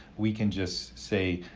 we can just say,